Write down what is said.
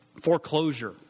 foreclosure